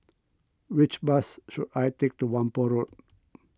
which bus should I take to Whampoa Road